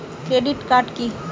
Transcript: Credit card কি?